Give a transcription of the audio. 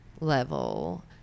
level